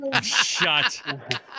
Shut